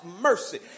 mercy